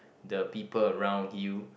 the people around you